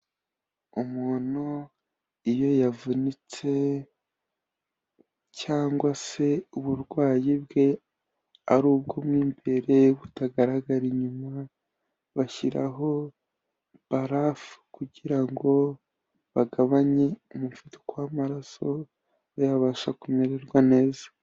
Umuntu iyo yavunitse, cyangwa se uburwayi bwe, ari ubw'imbere butagaragara inyuma bashyiraho barafu, kugira ngo bagabanye umuvuduko w'amaraso abasha kumererwa neza.